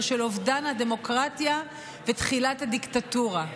של אובדן הדמוקרטיה ותחילת הדיקטטורה.